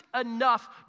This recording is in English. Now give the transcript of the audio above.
enough